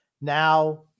now